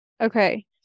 Okay